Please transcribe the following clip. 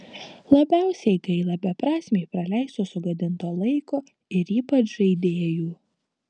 labiausiai gaila beprasmiai praleisto sugadinto laiko ir ypač žaidėjų